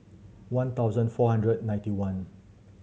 one thousand four hundred ninety one